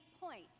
Point